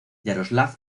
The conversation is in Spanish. yaroslav